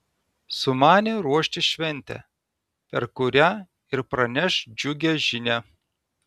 sumanė ruošti šventę per kurią ir praneš džiugią žinią